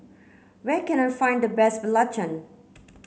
where can I find the best Belacan